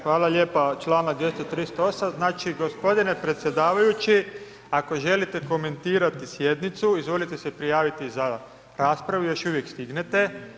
Hvala lijepo, članak 238. znači gospodine predsjedavajući, ako želite komentirati sjednicu, izvolite se prijaviti za raspravu, još uvijek stignete.